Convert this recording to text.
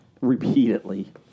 repeatedly